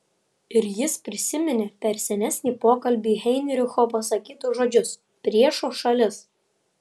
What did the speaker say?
ir jis prisiminė per senesnį pokalbį heinricho pasakytus žodžius priešo šalis